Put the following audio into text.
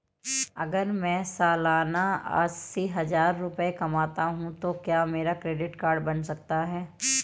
अगर मैं सालाना अस्सी हज़ार रुपये कमाता हूं तो क्या मेरा क्रेडिट कार्ड बन सकता है?